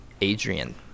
Adrian